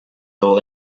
all